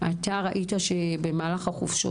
ראית שבמהלך החופשות,